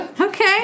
Okay